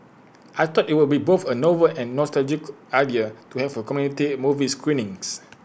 I thought IT would be both A novel and nostalgic idea to have community movie screenings